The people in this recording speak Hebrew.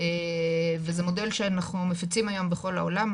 וזה מודל שאנחנו מפיצים היום בכל העולם,